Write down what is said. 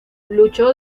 luchó